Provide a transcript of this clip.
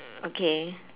okay